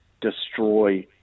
destroy